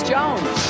Jones